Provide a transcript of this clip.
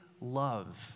love